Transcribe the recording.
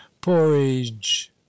porridge